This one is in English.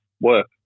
work